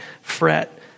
fret